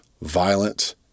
violent